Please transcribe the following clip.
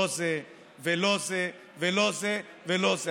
לא זה ולא זה ולא זה ולא זה.